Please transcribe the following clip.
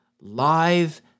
live